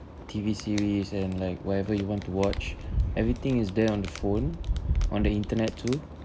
T_V series and like whatever you want to watch everything is there on the phone on the internet too